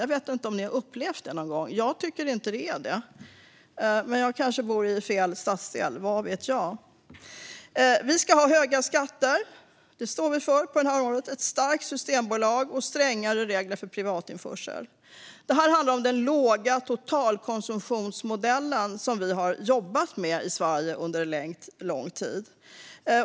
Jag vet inte om ni har upplevt det någon gång. Jag tycker inte att det är det, men jag kanske bor i fel stadsdel - vad vet jag? Vi ska ha höga skatter; det står Vänsterpartiet för. Vi ska ha ett starkt systembolag och strängare regler för privatinförsel. Detta handlar om den låga totalkonsumtionsmodellen, som vi har jobbat med i Sverige under lång tid.